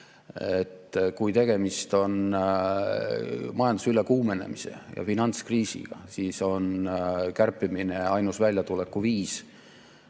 Kui tegemist on majanduse ülekuumenemise ja finantskriisiga, siis on kärpimine ainus väljatuleku viis,